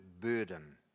burden